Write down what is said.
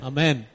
Amen